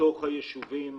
מתוך היישובים